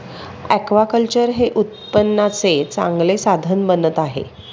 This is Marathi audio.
ऍक्वाकल्चर हे उत्पन्नाचे चांगले साधन बनत आहे